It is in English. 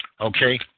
okay